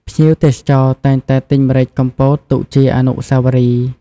ភ្ញៀវទេសចរណ៍តែងតែទិញម្រេចកំពតទុកជាអនុស្សាវរីយ៍។